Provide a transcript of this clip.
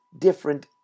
different